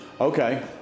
Okay